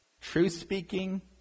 truth-speaking